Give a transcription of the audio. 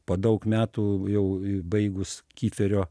po daug metų jau baigus kyferio